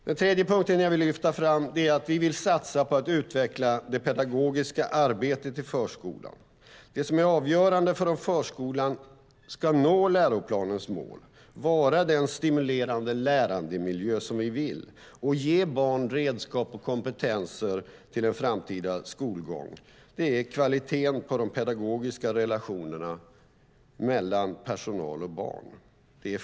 Den tredje punkten jag vill lyfta fram är att vi vill satsa på att utveckla det pedagogiska arbetet i förskolan. Det som är avgörande för om förskolan ska nå läroplanens mål, vara den stimulerande lärandemiljö vi vill samt ge barn redskap och kompetenser till en framtida skolgång är kvaliteten på de pedagogiska relationerna mellan personal och barn.